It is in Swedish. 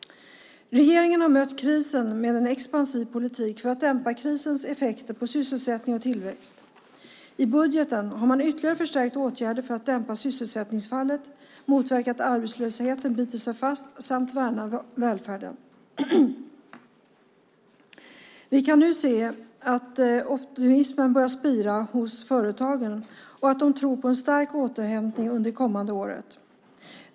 Regeringen har mött krisen med en expansiv politik för att dämpa krisens effekter på sysselsättning och tillväxt. I budgeten har man ytterligare förstärkt åtgärderna för att dämpa sysselsättningsfallet, för att motverka att arbetslösheten biter sig fast samt för att värna välfärden. Vi kan nu se att optimismen börjar spira hos företagen och att de tror på en stark återhämtning under det kommande året.